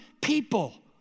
people